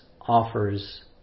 offers